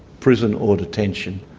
prison or detention.